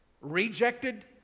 Rejected